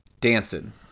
dancing